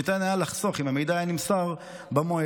שניתן היה לחסוך אם המידע היה נמסר במועד,